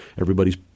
Everybody's